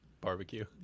barbecue